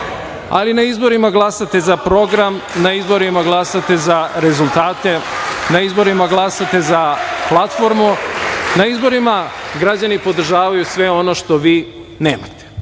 ali na izborima glasate za program, na izborima glasate za rezultate, na izborima glasate za platformu, na izborima građani podržavaju sve ono što vi nemate.